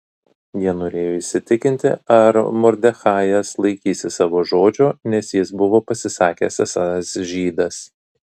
jie norėjo įsitikinti ar mordechajas laikysis savo žodžio nes jis buvo pasisakęs esąs žydas